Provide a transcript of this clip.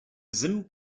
sim